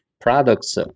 products